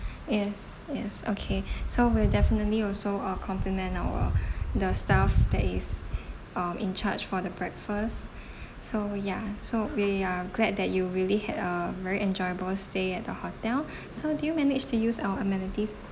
yes yes okay so we'll definitely also uh compliment our the staff that is um in charge for the breakfast so ya so we are glad that you really had a very enjoyable stay at the hotel so do you manage to use our amenities